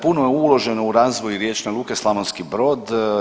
Puno je uloženo u razvoj riječne Luke Slavonski Brod.